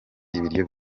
ibiryo